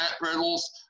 Riddle's